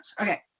okay